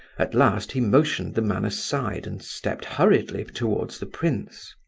at last he motioned the man aside and stepped hurriedly towards the prince.